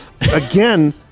again